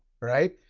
right